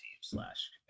slash